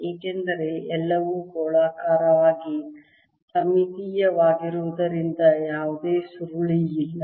ಏಕೆಂದರೆ ಎಲ್ಲವೂ ಗೋಳಾಕಾರವಾಗಿ ಸಮ್ಮಿತೀಯವಾಗುವುದರಿಂದ ಯಾವುದೇ ಸುರುಳಿಯಿಲ್ಲ